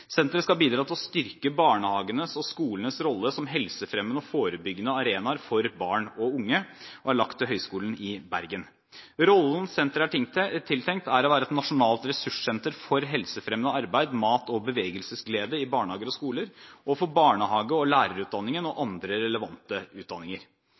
Senteret skal bidra til å styrke barnehagenes og skolenes rolle som helsefremmende og forebyggende arenaer for barn og unge og er lagt til Høgskolen i Bergen. Rollen senteret er tiltenkt, er å være et nasjonalt ressurssenter for helsefremmende arbeid, mat- og bevegelsesglede i barnehager og skoler og for barnehage- og lærerutdanningen og